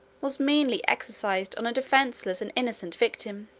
was meanly exercised on a defenceless and innocent victim.